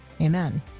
amen